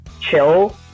chill